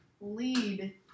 lead